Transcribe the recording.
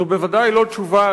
זו בוודאי לא תשובה,